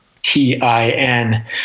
T-I-N